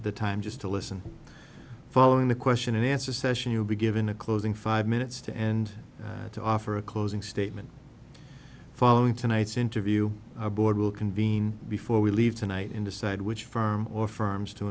the time just to listen following the question and answer session you'll be given a closing five minutes to end and to offer a closing statement following tonight's interview a board will convene before we leave tonight and decide which firm or firms to